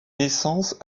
naissance